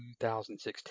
2016